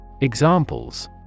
Examples